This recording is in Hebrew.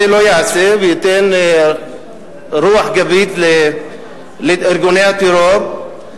שלא ייעשה ומעשה שייתן רוח גבית לארגוני הטרור.